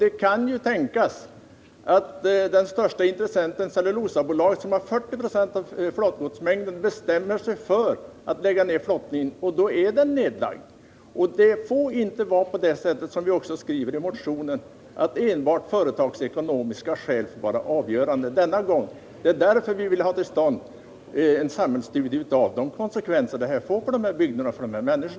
Det kan tänkas att den största intressenten, Svenska Cellulosa Aktiebolaget, som har 4096 av flottgodsmängden, bestämmer sig för att lägga ned flottningen — och då är den nedlagd. Enbart företagsekonomiska skäl får inte vara avgörande denna gång. Det är anledningen till att vi vill ha till stånd en samhällsstudie av de konsekvenser detta får för dessa bygder och människor.